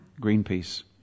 Greenpeace